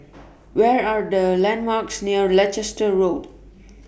Where Are The landmarks near Leicester Road